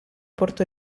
porto